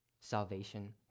salvation